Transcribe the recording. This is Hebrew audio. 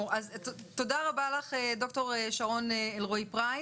תודה רבה לך, ד"ר שרון אלרעי פרייס.